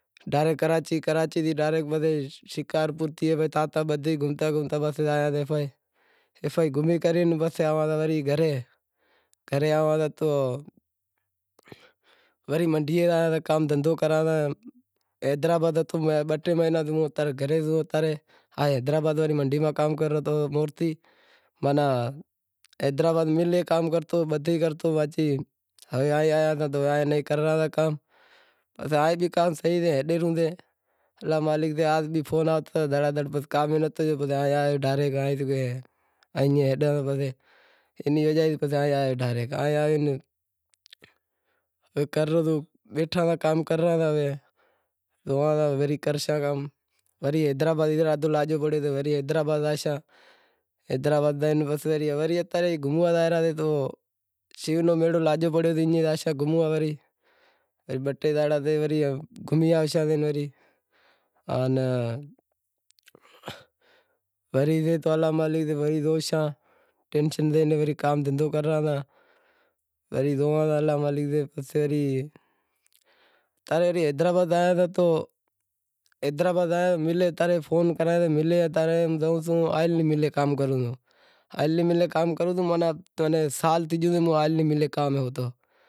حیدرآباد تھی پسے ڈاریکٹ کراچی، شکارپور پسے بدہا گھومتا گھومتا پسے زاں تا گھومے کرے پسے آواں تا گھرے، گھرے آواں تا تو وری منڈیئے زاواں تا، کام دہندہو کراں تا ہوے آیا تا ای کرے رہاں تا کام پسے آز بھی کام صحیح سے ہلی رہیوں سے، الا مالک سے، آز بھی کام آوتا دہڑا دہڑ، کام انی وجہ سیں پسے آیا ڈائریکٹ۔ بیٹھا ساں کام کرنڑو سے تو زوئاں تا وری کرشاں کام وری حیدرآباد دہیندہو لاگیو پڑیو وری حیدرٓباد زاشاں۔ حیدرآباد زائے پسے اتا رے گھوموا زائے رہیا تو شو رو میڑو لاگیو پڑوتو ایئں زاشاں گھوموا، بہ ٹے زانڑا تھی ایئں گھومی آوشاں آن وری الا مالک سے وری زوشاں ٹینشن لئی وری کام دہندہو کراں تا۔ وری زوئاں تا الا مالک سے پسے وری تارے حیدرآباد زائاں تا تو ملے فون کراں تا مل تا رے زووں آئل ری مل تے کام کروں، آئل ری مل تی کام کروں ماناں سال تھی گیو ہوں آئل ری مل تی کام تے ہوتو۔